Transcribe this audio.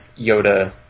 Yoda